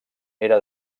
era